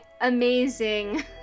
amazing